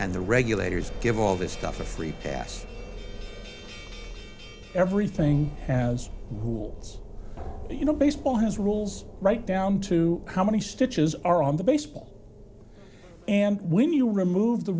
the regulators give all this stuff a free pass everything has rules you know baseball has rules right down to how many stitches are on the baseball and when you remove the